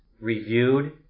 reviewed